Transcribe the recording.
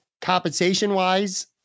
Compensation-wise